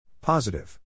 Positive